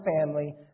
family